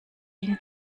ihm